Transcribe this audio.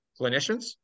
clinicians